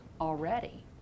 already